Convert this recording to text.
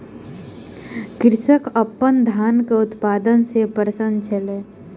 कृषक अपन धानक उत्पादन सॅ प्रसन्न छल